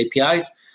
APIs